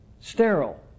sterile